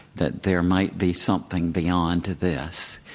that there might be something beyond this.